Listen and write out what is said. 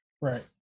Right